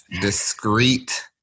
discreet